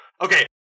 okay